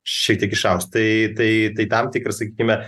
šiek tiek išaugs tai tai tai tam tikrą sakykime